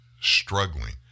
struggling